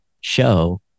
show